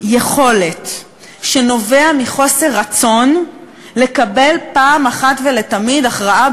יכולת שנובע מחוסר רצון לקבל פעם אחת ולתמיד הכרעה